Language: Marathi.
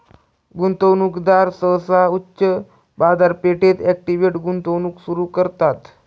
गुंतवणूकदार सहसा उच्च बाजारपेठेत इक्विटी गुंतवणूक सुरू करतात